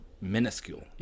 minuscule